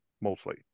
mostly